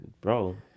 bro